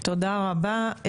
תודה רבה.